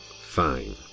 Fine